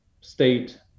state